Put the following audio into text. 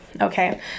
okay